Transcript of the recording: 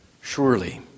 Surely